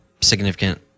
significant